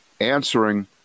answering